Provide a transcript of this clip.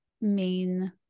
main